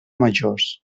majors